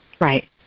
Right